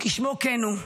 כשמו כן הוא: